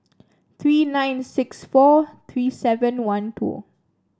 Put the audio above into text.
three nine six four three seven one two